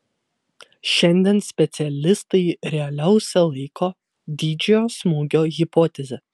šiandien specialistai realiausia laiko didžiojo smūgio hipotezę